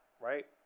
right